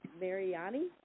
Mariani